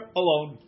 alone